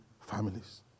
families